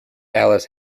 alice